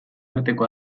arteko